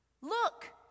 Look